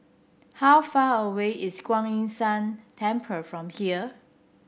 how far away is Kuan Yin San Temple from here